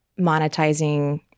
monetizing